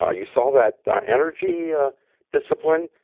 ah you saw that energy ah discipline?